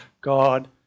God